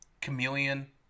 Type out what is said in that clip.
chameleon